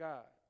God